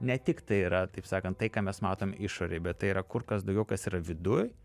ne tik tai yra taip sakant tai ką mes matom išorėj bet tai yra kur kas daugiau kas yra viduj